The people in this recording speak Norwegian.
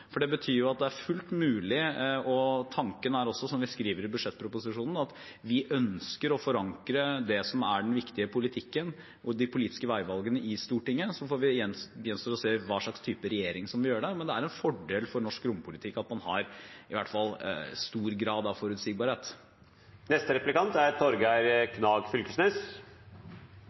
for det betyr at det er fullt mulig, og tanken er også – som vi skriver i budsjettproposisjonen – at vi ønsker å forankre det som er den viktige politikken og de politiske veivalgene, i Stortinget. Så gjenstår det å se hva slags regjering som vil gjøre det. Men det er en fordel for norsk rompolitikk at man har i hvert fall stor grad av